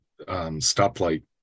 stoplight